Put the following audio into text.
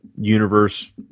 universe